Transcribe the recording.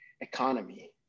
economy